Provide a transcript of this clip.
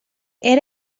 era